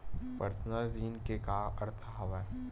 Personal ऋण के का अर्थ हवय?